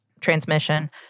transmission